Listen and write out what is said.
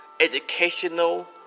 educational